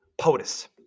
POTUS